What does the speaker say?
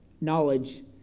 knowledge